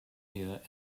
here